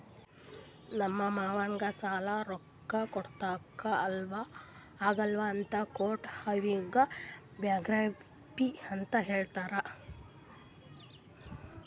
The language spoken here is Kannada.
ನಮ್ ಮಾಮಾಗ್ ಸಾಲಾದ್ ರೊಕ್ಕಾ ಕೊಡ್ಲಾಕ್ ಆಗಲ್ಲ ಅಂತ ಕೋರ್ಟ್ ಅವ್ನಿಗ್ ಬ್ಯಾಂಕ್ರಪ್ಸಿ ಅಂತ್ ಹೇಳ್ಯಾದ್